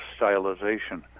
stylization